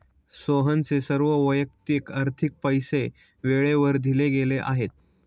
सोहनचे सर्व वैयक्तिक आर्थिक पैसे वेळेवर दिले गेले आहेत